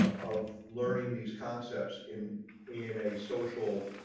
ah of learning these concepts in in a social.